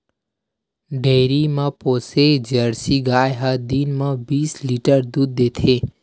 dairy म पोसे Jersey गाय ह दिन म बीस लीटर तक दूद देथे